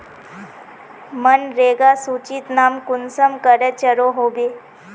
मनरेगा सूचित नाम कुंसम करे चढ़ो होबे?